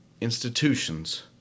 institutions